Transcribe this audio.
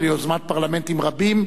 וליוזמת פרלמנטים רבים,